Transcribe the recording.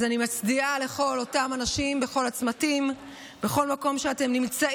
אני רוצה לומר מילה לכל אותם מוחים שבכל רחבי הארץ לא